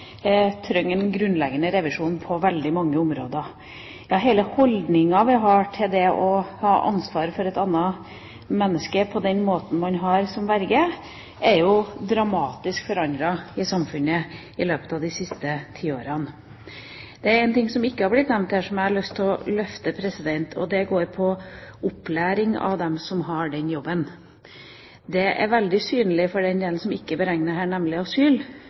trenger en grunnleggende revisjon på veldig mange områder. Ja, hele holdninga vi har til det å ha ansvar for et annet menneske på den måten man har som verge, er dramatisk forandret i samfunnet i løpet av de siste tiårene. Det er én ting som ikke har blitt nevnt her, som jeg har lyst til å løfte fram, og det går på opplæring av dem som har denne jobben. Det er veldig synlig i den delen som ikke er tatt med her, nemlig